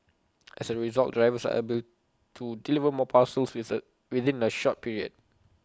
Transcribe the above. as A result drivers are able to deliver more parcels with A within A shorter period